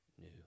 new